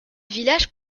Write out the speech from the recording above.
village